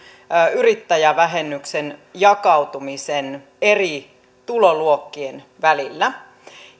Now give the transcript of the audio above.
yrittäjävähennyksen jakautumisen eri tuloluokkien välillä